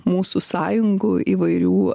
mūsų sąjungų įvairių